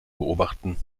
beobachten